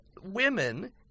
women